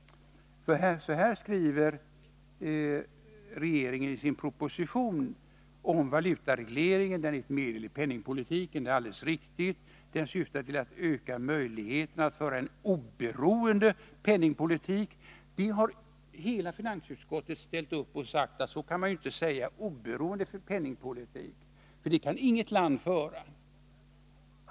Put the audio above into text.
Regeringen skriver i sin proposition att valutaregleringen är ett medel i penningpolitiken, och det är alldeles riktigt. ”Den syftar till att öka möjligheterna att föra en oberoende penningpolitik”, står det vidare. Hela finansutskottet har ställt sig bakom uppfattningen att så kan man inte säga. Inget land kan föra en oberoende penningpolitik.